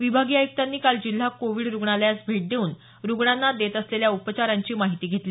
विभागीय आयुक्तांनी काल जिल्हा कोवीड रुग्णालयास भेट देऊन रुग्णांना देत असलेल्या उपचारांची माहिती घेतली